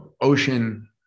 ocean